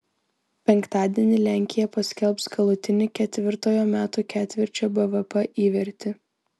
penktadienį lenkija paskelbs galutinį ketvirtojo metų ketvirčio bvp įvertį